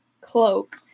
cloak